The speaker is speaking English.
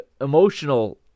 emotional